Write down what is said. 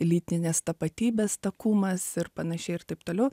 lytinės tapatybės takumas ir panašiai ir taip toliau